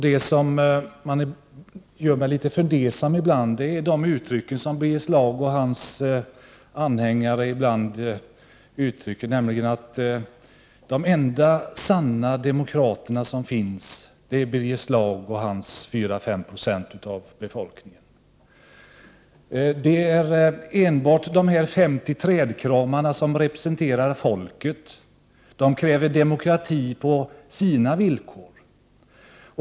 Det som gör mig litet fundersam är de uttryck som Birger Schlaug och hans anhängare ibland använder, nämligen att de enda sanna demokrater som finns är Birger Schlaug och de 4, 5 procent av befolkningen som stöder honom. Det är enbart de 50 trädkramarna som representerar folket. De kräver demokrati på sina villkor.